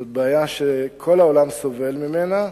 זאת בעיה שכל העולם סובל ממנה,